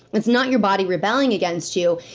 it's not your body rebelling against you.